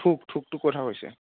থোক থোকটোৰ কথা কৈছে